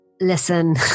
listen